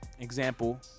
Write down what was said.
example